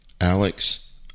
Alex